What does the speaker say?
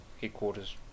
headquarters